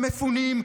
במפונים,